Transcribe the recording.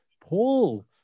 Paul